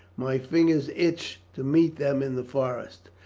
my fingers itch to meet them in the forest.